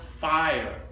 fire